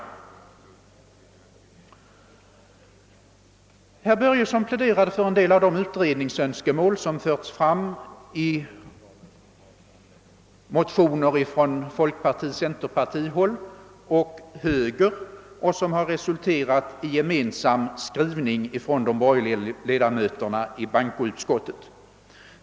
Herr Börjesson pläderade för en del av de utredningsönskemål som förts fram i motioner från folkpartiet, centerpartiet och högern och som resulterat i gemensam skrivning från de borgerliga ledamöterna i bankoutskottet.